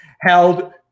held